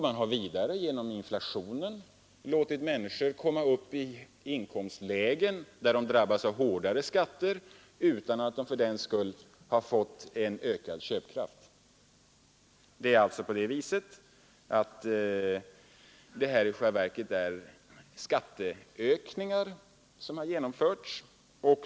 Man har vidare genom inflationen låtit människor komma upp i inkomstlägen där de drabbas av hårdare skatter utan att de för den skull har fått en större köpkraft. Det är alltså i själva verket skattehöjningar som har genomförts.